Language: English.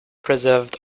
preserve